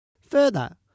Further